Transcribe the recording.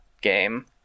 game